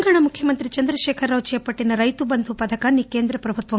తెలంగాణ ముఖ్యమంత్రి చంద్రకేఖరరావు చేపట్లిన రైతు బంధు పథకాన్ని కేంద్ర ప్రభుత్వం